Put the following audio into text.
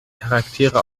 charaktere